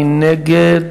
מי נגד?